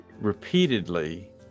repeatedly